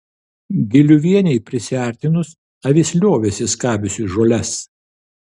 giliuvienei prisiartinus avis liovėsi skabiusi žoles